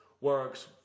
works